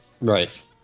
right